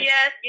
Yes